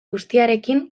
guztiarekin